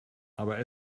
aber